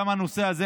גם הנושא הזה,